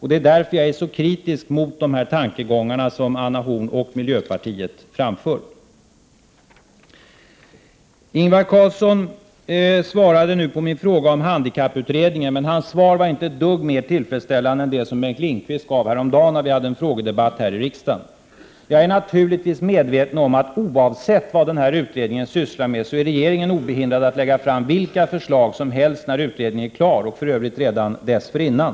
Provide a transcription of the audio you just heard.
Det är därför jag är så kritisk mot de tankegångar som Anna Horn af Rantzien och miljöpartiet framför. Ingvar Carlsson svarade nu på min fråga om handikapputredningen, men hans svar var inte ett dugg mer tillfredsställande än det svar som Bengt Lindkvist gav mig härom dagen då vi hade en frågedebatt i samma ämne här i riksdagen. Jag är naturligtvis medveten om att regeringen är oförhindrad att lägga fram vilka förslag som helst oavsett vad utredningen sysslar med, och detä gäller inte bara när utredningen är klar med sitt arbete utan också dessförinnan.